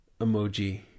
emoji